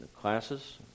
classes